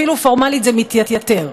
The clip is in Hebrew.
אפילו פורמלית זה מתייתר.